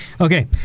Okay